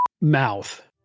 mouth